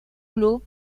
club